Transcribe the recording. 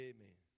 Amen